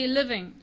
living